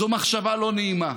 זו מחשבה לא נעימה.